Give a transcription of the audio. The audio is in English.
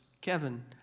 Kevin